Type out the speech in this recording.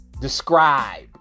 describe